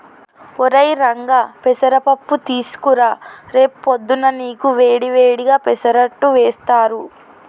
ఒరై రంగా పెసర పప్పు తీసుకురా రేపు పొద్దున్నా నీకు వేడి వేడిగా పెసరట్టు వేస్తారు